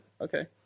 Okay